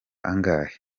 angahe